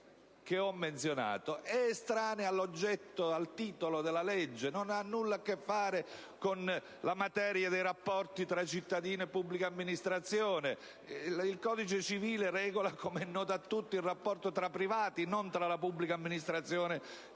che ho menzionato è estranea all'oggetto e al titolo del provvedimento, non ha nulla a che fare con la materia dei rapporti tra il cittadino e la pubblica amministrazione. Il codice civile regola - come è noto a tutti - il rapporto tra privati, e non tra la pubblica amministrazione